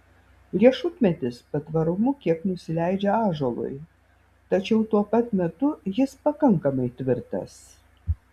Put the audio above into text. riešutmedis patvarumu kiek nusileidžia ąžuolui tačiau tuo pat metu jis pakankamai tvirtas